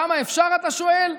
כמה אפשר, אתה שואל?